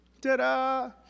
Ta-da